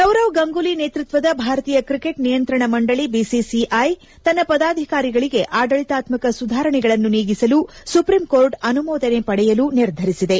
ಸೌರವ್ ಗಂಗೂಲಿ ನೇತೃತ್ವದ ಭಾರತೀಯ ಕ್ರಿಕೆಟ್ ನಿಯಂತ್ರಣ ಮಂಡಳಿ ಬಿಸಿಐ ತನ್ನ ಪದಾಧಿಕಾರಿಗಳಿಗೆ ಆಡಳಿತಾತ್ಕಕ ಸುಧಾರಣೆಗಳನ್ನು ನೀಗಿಸಲು ಸುಪ್ರೀಂ ಕೋರ್ಟ್ ಅನುಮೋದನೆ ಪಡೆಯಲು ನಿರ್ಧರಿಸಿದೆ